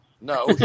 No